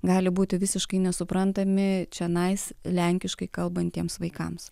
gali būti visiškai nesuprantami čionais lenkiškai kalbantiems vaikams